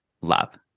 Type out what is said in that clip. love